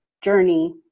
journey